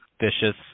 Vicious